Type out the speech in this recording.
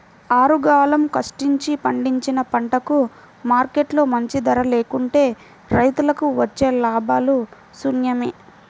ఆరుగాలం కష్టించి పండించిన పంటకు మార్కెట్లో మంచి ధర లేకుంటే రైతులకు వచ్చే లాభాలు శూన్యమే